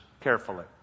carefully